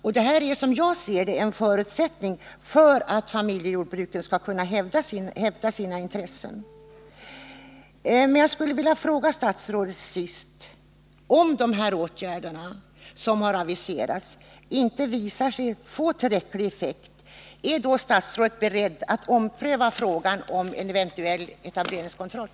Och det är, som jag ser det, en förutsättning för att familjejordbruket skall kunna hävda sina intressen. Jag skulle sist vilja fråga statsrådet: Om de åtgärder som har aviserats inte visar sig få tillräcklig effekt, är då statsrådet beredd att ompröva frågan om en eventuell etableringskontroll?